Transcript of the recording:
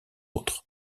autres